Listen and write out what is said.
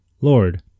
Lord